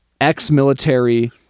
ex-military